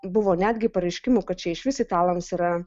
buvo netgi pareiškimų kad čia išvis italams yra